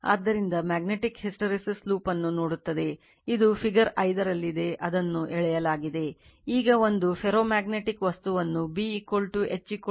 ಆದ್ದರಿಂದ magnetic hysteresis loop ಅನ್ನು ನೋಡುತ್ತದೆ ಇದು ಫಿಗರ್ 5 ರಲ್ಲಿದೆ ಅದನ್ನು ಎಳೆಯಲಾಗಿದೆ